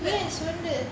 yes wonder